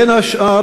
בין השאר,